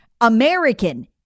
American